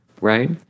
Right